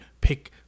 pick